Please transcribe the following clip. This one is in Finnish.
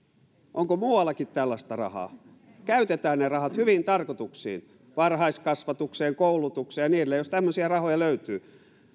onko muuallakin tällaista rahaa käytetään ne rahat hyviin tarkoituksiin varhaiskasvatukseen koulutukseen ja niin edelleen jos tämmöisiä rahoja löytyy